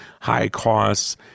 high-costs